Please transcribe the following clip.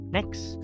Next